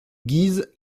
guise